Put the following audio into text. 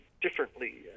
differently